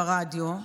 ברדיו,